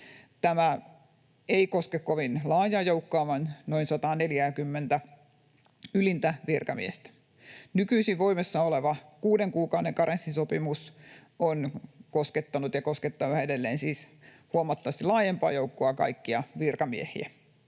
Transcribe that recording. Tämä ei koske kovin laajaa joukkoa vaan noin 140:tä ylintä virkamiestä. Nykyisin voimassa oleva 6 kuukauden karenssisopimus on koskettanut ja koskettaa yhä edelleen siis huomattavasti laajempaa joukkoa kaikkia virkamiehiä,